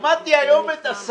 הגעת לזה עכשיו?